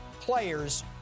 Players